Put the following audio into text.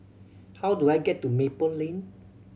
how do I get to Maple Lane